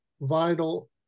vital